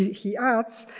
he adds,